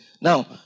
Now